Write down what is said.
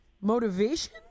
motivation